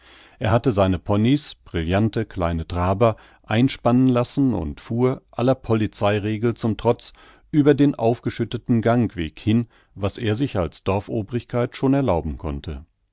er hatte seine ponies brillante kleine traber einspannen lassen und fuhr aller polizeiregel zum trotz über den aufgeschütteten gangweg hin was er sich als dorfobrigkeit schon erlauben konnte